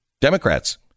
Democrats